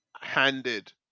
handed